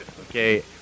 Okay